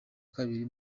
kabiri